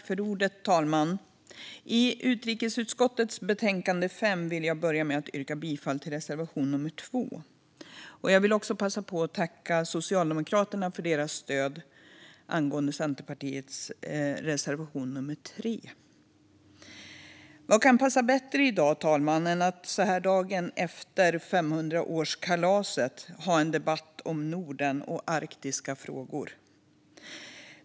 Fru talman! Jag vill börja med att yrka bifall till reservation nummer 2 i utrikesutskottets betänkande 5. Jag vill också passa på att tacka Socialdemokraterna för deras stöd till Centerpartiets reservation nummer 3. Vad kan passa bättre, fru talman, än att dagen efter Sveriges 500-årskalas ha en debatt om Norden och arktiska frågor?